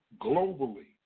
globally